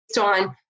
on